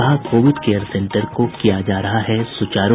कहा covid care centre को किया जा रहा है सुचारू